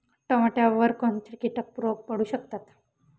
टोमॅटोवर कोणते किटक रोग पडू शकतात?